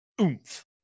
oomph